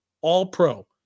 All-Pro